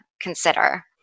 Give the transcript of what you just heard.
consider